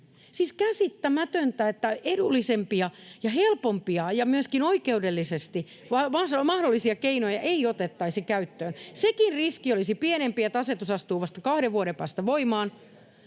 Siis käsittämätöntä, että edullisempia ja helpompia ja myöskin oikeudellisesti mahdollisia keinoja ei otettaisi käyttöön. [Timo Heinonen: Ei se toimi!] Sekin riski olisi pienempi, että asetus astuu vasta kahden vuoden päästä voimaan,